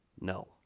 no